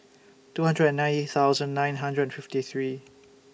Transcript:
two hundred and ninety thousand nine hundred and fifty three